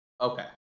Okay